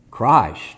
Christ